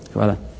Hvala.